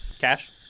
cash